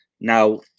Now